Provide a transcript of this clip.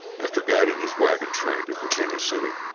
after guiding his wagon train to virginia city,